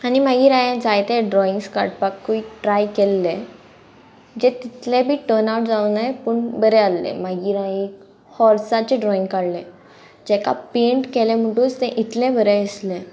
आनी मागीर हांयेन जायते ड्रॉइंग्स काडपाकूय ट्राय केल्ले जे तितले बी टर्नआउट जावन न्हय पूण बरें आसले मागीर हांये एक हाॅर्साचे ड्रॉइंग काडले जेका पेंट केले म्हणटूच ते इतले बरें दिसले